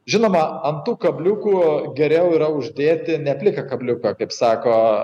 žinoma ant tų kabliukų geriau yra uždėti nepliką kabliuką kaip sako